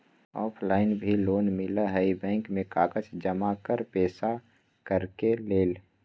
Offline भी loan मिलहई bank में कागज जमाकर पेशा करेके लेल?